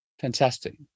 Fantastic